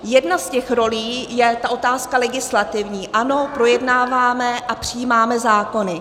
Jedna z těch rolí je ta otázka legislativní, ano, projednáváme a přijímáme zákony.